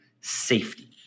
safety